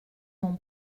mon